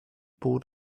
board